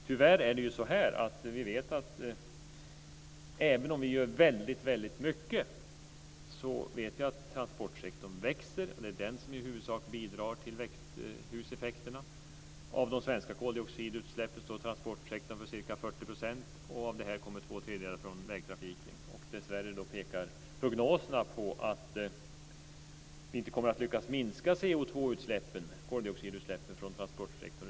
Tyvärr är det ju så att även om vi gör väldigt mycket så vet vi att transportsektorn växer, och det är den som i huvudsak bidrar till växthuseffekterna. Av de svenska koldioxidutsläppen står transportsektorn för ca 40 %, och av detta kommer två tredjedelar från vägtrafiken. Dessvärre pekar prognoserna på att vi inte kommer att lyckas minska koldioxidutsläppen från transportsektorn.